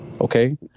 Okay